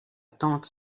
tante